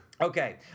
Okay